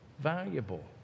valuable